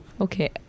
okay